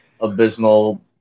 abysmal